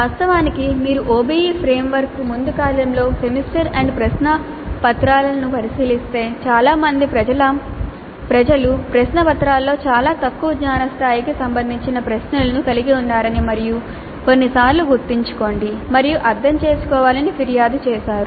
వాస్తవానికి మీరు OBE ఫ్రేమ్వర్క్కు ముందు కాలంలో సెమిస్టర్ ఎండ్ ప్రశ్నపత్రాలను పరిశీలిస్తే చాలా మంది ప్రజలు ప్రశ్నపత్రాలలో చాలా తక్కువ జ్ఞాన స్థాయికి సంబంధించిన ప్రశ్నలను కలిగి ఉన్నారని మరియు కొన్నిసార్లు గుర్తుంచుకోండి మరియు అర్థం చేసుకోవాలని ఫిర్యాదు చేశారు